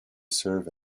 serve